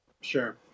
sure